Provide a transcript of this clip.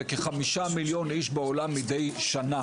וכ-5 מיליון איש בעולם מידי שנה.